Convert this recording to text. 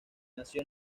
nació